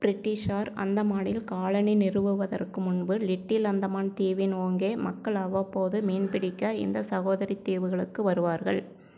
பிரிட்டிஷார் அந்தமானில் காலனி நிறுவுவதற்கு முன்பு லிட்டில் அந்தமான் தீவின் ஓங்கே மக்கள் அவ்வப்போது மீன்பிடிக்க இந்தச் சகோதரித் தீவுகளுக்கு வருவார்கள்